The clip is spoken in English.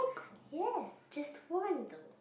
yes just one though